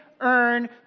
earn